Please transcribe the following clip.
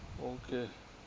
okay